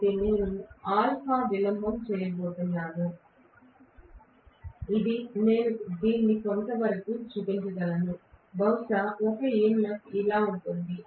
కాబట్టి నేను α విలంబం చేయబోతున్నాను ఇది నేను దీన్ని కొంతవరకు చూపించగలను బహుశా ఒక EMF ఇలా ఉంటుంది